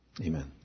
Amen